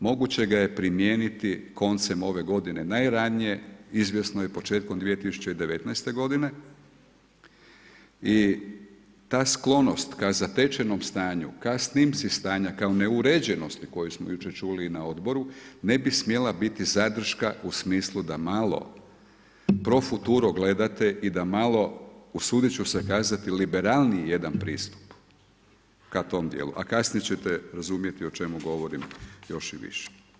moguće ga je primijeniti koncem ove godine, najranije izvjesno je početkom 2019. godine i ta sklonost ka zatečenom stanju, ka snimci stanja, ka neuređenosti koju smo jučer čuli na odboru, ne bi smjela biti zadrška u smislu da malo pro futuro gledate i da malo usudit ću se kazati liberalniji jedan pristup ka tom djelu, a kasnije ćete razumjeti čemu govorim još i više.